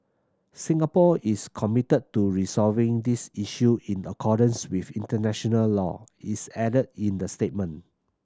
Singapore is committed to resolving these issue in the accordance with international law is added in the statement